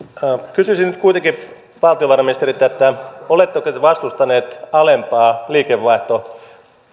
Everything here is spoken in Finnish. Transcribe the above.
kysyisin nyt kuitenkin valtiovarainministeriltä oletteko te vastustanut alempaa liikevaihtokantaa